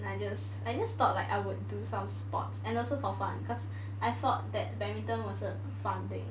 I just I just thought like I would do some sports and also for fun cause I thought that badminton was a fun thing